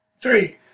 three